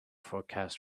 forecast